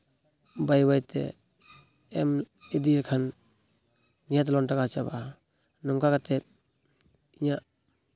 ᱵᱟᱹᱭ ᱵᱟᱹᱭᱛᱮ ᱮᱢ ᱤᱫᱤ ᱞᱮᱠᱷᱟᱱ ᱱᱤᱦᱟᱹᱛ ᱞᱳᱱ ᱴᱟᱠᱟ ᱪᱟᱵᱟᱜᱼᱟ ᱱᱚᱝᱠᱟ ᱠᱟᱛᱮᱫ ᱤᱧᱟᱹᱜ